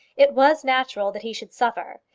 it was natural that he should suffer.